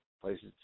places